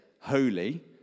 holy